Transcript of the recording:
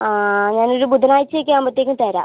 ഞാനൊരു ബുധനാഴ്ച്ചയൊക്കെ ആകുമ്പത്തേക്കും തരാം